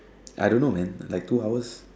I don't know man like two hours